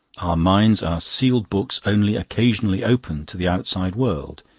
our minds are sealed books only occasionally opened to the outside world.